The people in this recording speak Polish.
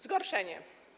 Zgorszenie.